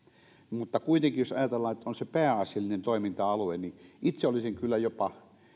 mutta kuitenkin jos ajatellaan että on se pääasiallinen toiminta alue niin itse olisin kyllä jopa